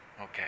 Okay